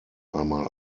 einmal